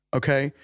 okay